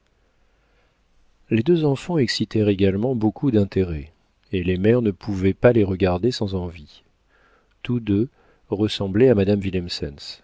les deux enfants excitèrent également beaucoup d'intérêt et les mères ne pouvaient pas les regarder sans envie tous deux ressemblaient à madame